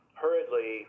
hurriedly